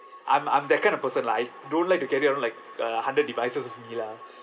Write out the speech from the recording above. I'm I'm that kind of person lah I don't like to carry around like uh hundred devices with me lah